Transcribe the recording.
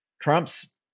Trump's